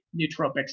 nootropics